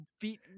feet